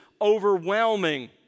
overwhelming